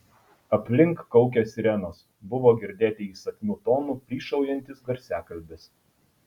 aplink kaukė sirenos buvo girdėti įsakmiu tonu plyšaujantis garsiakalbis